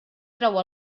trau